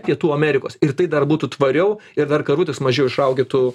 pietų amerikos ir tai dar būtų tvariau ir dar karvutės mažiau išraugėtų